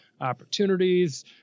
opportunities